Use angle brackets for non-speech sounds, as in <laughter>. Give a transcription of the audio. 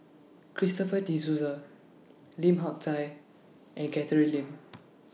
Christopher De Souza Lim Hak Tai and Catherine Lim <noise>